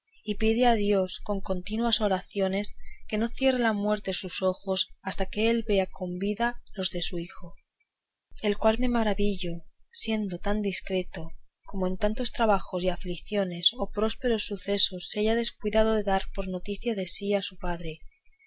y pide a dios con continuas oraciones no cierre la muerte sus ojos hasta que él vea con vida a los de su hijo del cual me maravillo siendo tan discreto cómo en tantos trabajos y afliciones o prósperos sucesos se haya descuidado de dar noticia de sí a su padre